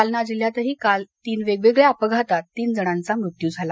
जालना जिल्ह्यात काल तीन वेगवेगळ्या अपघातात तीन जणांचा मृत्यू झाला